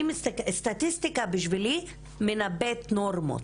אני, סטטיסטיקה בשבילי מנבאת נורמות,